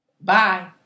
Bye